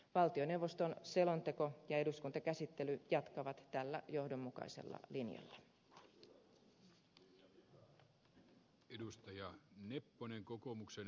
valtioneuvoston selonteko ja eduskuntakäsittely jatkavat tällä johdonmukaisella linjalla